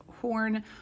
horn